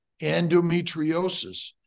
endometriosis